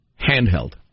handheld